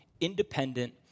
independent